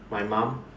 my mom